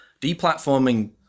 deplatforming